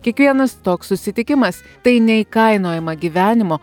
kiekvienas toks susitikimas tai neįkainojama gyvenimo